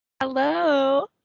Hello